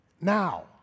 Now